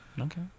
okay